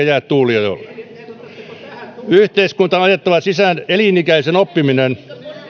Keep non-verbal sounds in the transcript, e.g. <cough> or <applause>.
<unintelligible> jää tuuliajolle yhteiskuntaan on ajettava sisään elinikäinen oppiminen